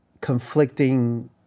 conflicting